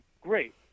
great